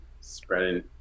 spreading